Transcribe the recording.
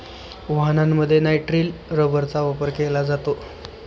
वाहनांमध्ये नायट्रिल रबरचा वापर केला जातो